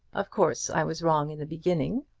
of course i was wrong in the beginning.